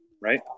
right